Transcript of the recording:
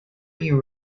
you